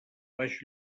baix